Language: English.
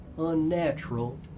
unnatural